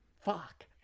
fuck